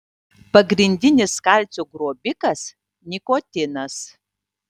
pagrindinis kalcio grobikas nikotinas